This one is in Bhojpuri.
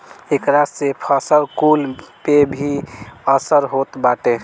एकरा से फसल कुल पे भी असर होत बाटे